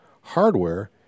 hardware